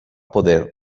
poder